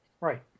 Right